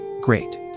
great